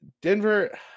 denver